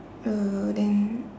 uh then